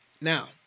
Now